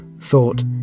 Thought